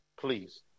Please